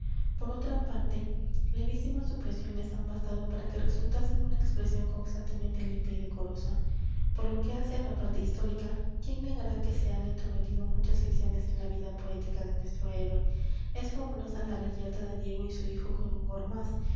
por otra parte levísimas supresiones han bastado para que resultase una expresión constantemente limpia y decorosa por lo que hace á la parte histórica quién negará que se han entrometido muchas ficciones en la vida poética de nuestro héroe es fabulosa la reyerta de diego y su hijo con un gormaz ó